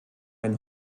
ein